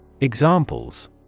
Examples